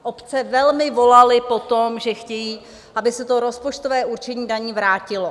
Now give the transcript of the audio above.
Obce velmi volaly po tom, že chtějí, aby se to rozpočtové určení daní vrátilo.